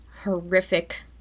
horrific